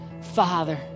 Father